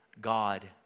God